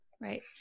Right